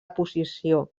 posició